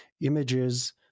images